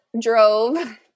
drove